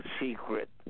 secret